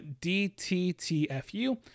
DTTFU